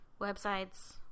websites